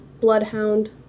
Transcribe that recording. bloodhound